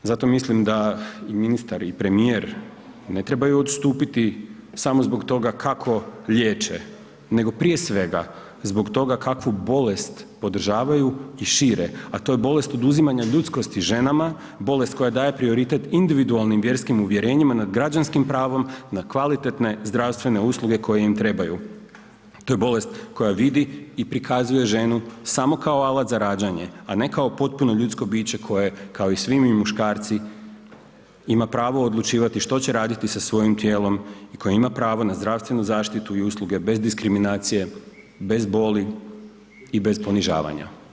Zato mislim da i ministar i premijer ne trebaju odstupiti samo zbog toga kako liječe, nego prije svega zbog toga kakvu bolest podržavaju i šire, a to je bolest oduzimanja ljudskosti ženama, bolest koja daje prioritet individualnim vjerskim uvjerenjima nad građanskim pravom, na kvalitetne zdravstvene usluge koje im trebaju, to je bolest koja vidi i prikazuje ženu samo kao alat za rađanje, a ne kao potpuno ljudsko biće koje kao i svi mi muškarci ima pravo odlučivati što će raditi sa svojim tijelom i koji ima pravo na zdravstvenu zaštitu i usluge bez diskriminacije, bez boli i bez ponižavanja.